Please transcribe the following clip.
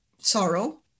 sorrow